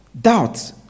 doubt